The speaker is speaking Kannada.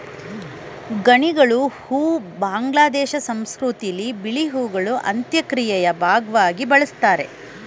ಗಣಿಗಲು ಹೂ ಬಾಂಗ್ಲಾದೇಶ ಸಂಸ್ಕೃತಿಲಿ ಬಿಳಿ ಹೂಗಳು ಅಂತ್ಯಕ್ರಿಯೆಯ ಭಾಗ್ವಾಗಿ ಬಳುಸ್ತಾರೆ